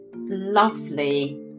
lovely